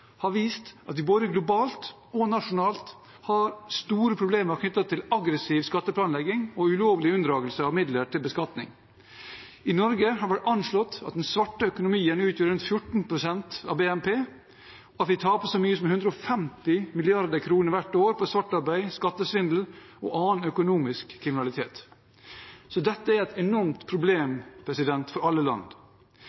har vist at vi både globalt og nasjonalt har store problemer knyttet til aggressiv skatteplanlegging og ulovlig unndragelse av midler til beskatning. I Norge er det anslått at den svarte økonomien utgjør 14 pst. av BNP, og at vi taper så mye som 150 mrd. kr hvert år på svart arbeid, skattesvindel og annen økonomisk kriminalitet. Dette er et enormt problem